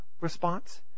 response